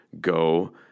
go